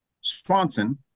Swanson